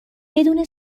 بدون